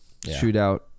shootout